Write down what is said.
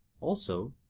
also,